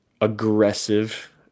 aggressive